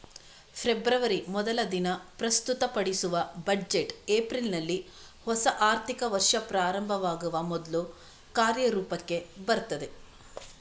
February ಮೊದಲ ದಿನ ಪ್ರಸ್ತುತಪಡಿಸುವ ಬಜೆಟ್ ಏಪ್ರಿಲಿನಲ್ಲಿ ಹೊಸ ಆರ್ಥಿಕ ವರ್ಷ ಪ್ರಾರಂಭವಾಗುವ ಮೊದ್ಲು ಕಾರ್ಯರೂಪಕ್ಕೆ ಬರ್ತದೆ